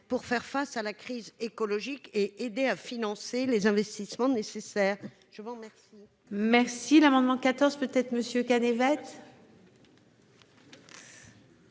pour faire face à la crise écologique et aider à financer les investissements nécessaires. Je vous remercie.